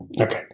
Okay